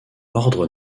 ordre